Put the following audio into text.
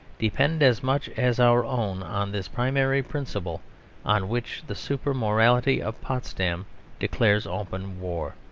depend as much as our own on this primary principle on which the super-morality of potsdam declares open war.